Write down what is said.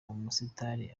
umusitari